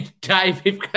Dave